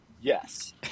Yes